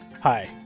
Hi